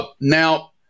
Now